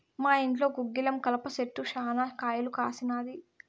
మా ఇంట్లో గుగ్గిలం కలప చెట్టు శనా కాయలు కాసినాది